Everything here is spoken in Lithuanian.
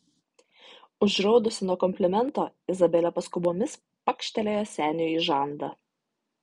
užraudusi nuo komplimento izabelė paskubomis pakštelėjo seniui į žandą